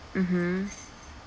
mmhmm